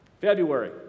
February